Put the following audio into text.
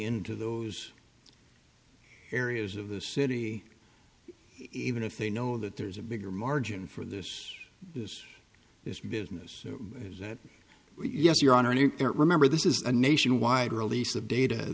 into those areas of the city even if they know that there's a bigger margin for this this this business is that yes your honor and remember this is a nationwide release of data